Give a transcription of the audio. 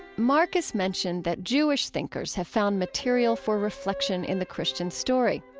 marcus mentioned that jewish thinkers have found material for reflection in the christian story.